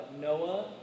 Noah